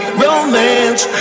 romance